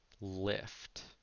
lift